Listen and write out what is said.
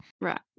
Right